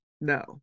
no